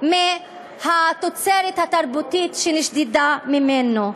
מהתוצרת התרבותית שנשדדה ממנו.